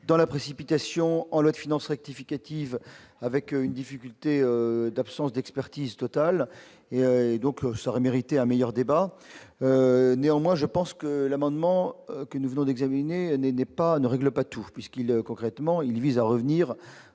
dans la précipitation dans la finance rectificative avec une difficulté d'absence d'expertise et et donc Los aurait mérité un meilleur débat néanmoins je pense que l'amendement que nous venons d'examiner n'est pas, ne règle pas tout puisqu'il concrètement